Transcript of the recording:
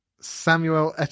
samuel